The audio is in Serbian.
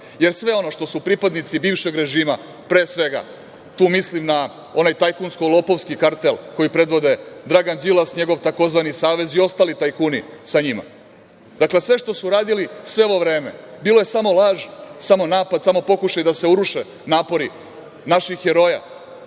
jer sve ono što su pripadnici bivšeg režima, pre svega tu mislim na onaj tajkunsko-lopovski kartel koji predvode Dragan Đilas, njegov takozvani savez i ostali tajkuni sa njima, dakle, sve što su radili sve ovo vreme, bilo je samo laž, samo napad, samo pokušaj da se uruše napori naših heroja